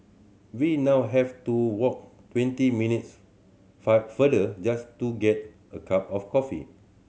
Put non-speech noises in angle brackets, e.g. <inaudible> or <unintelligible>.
we now have to walk twenty minutes <unintelligible> farther just to get a cup of coffee